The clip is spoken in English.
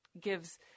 gives